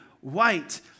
white